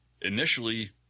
initially